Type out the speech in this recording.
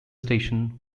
station